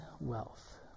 wealth